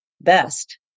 best